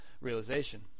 realization